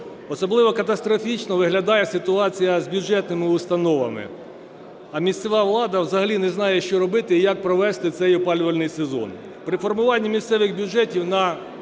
Особливо катастрофічно виглядає ситуація з бюджетними установами, а місцева влада взагалі не знає, що робити і як провести цей опалювальний сезон.